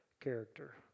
character